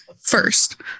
first